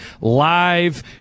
live